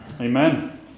amen